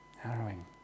Harrowing